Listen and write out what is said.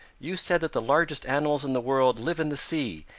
you said that the largest animals in the world live in the sea,